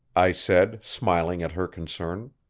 i said, smiling at her concern.